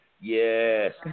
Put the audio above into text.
Yes